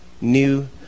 new